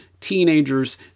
teenagers